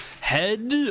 Head